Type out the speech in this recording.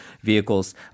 vehicles